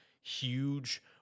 huge